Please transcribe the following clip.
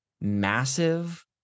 massive